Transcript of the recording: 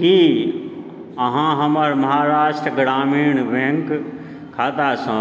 की अहाँ हमर महाराष्ट्र ग्रामीण बैङ्क खातासँ